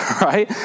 Right